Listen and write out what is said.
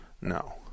no